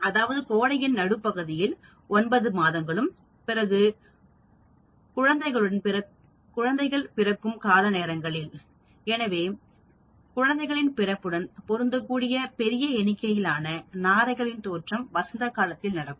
அதாவது கோடையின் நடுப்பகுதியில் 9 மாதங்களுக்குப் பிறகு குழந்தைகள் பிறக்கும் காலநேரங்களில் எனவே குழந்தைகளின் பிறப்புடன் பொருந்தக்கூடிய பெரிய எண்ணிக்கையிலான நாரைகளின் தோற்றம் வசந்த காலத்தில் நடக்கும்